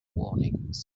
warnings